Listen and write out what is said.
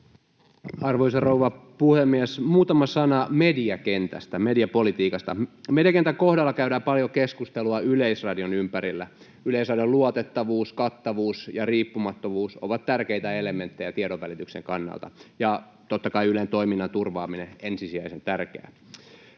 Arvoisa rouva puhemies! Muutama sana mediakentästä, mediapolitiikasta. Mediakentän kohdalla käydään paljon keskustelua Yleisradion ympärillä. Yleisradion luotettavuus, kattavuus ja riippumattomuus ovat tärkeitä elementtejä tiedonvälityksen kannalta, ja totta kai Ylen toiminnan turvaaminen on ensisijaisen tärkeää.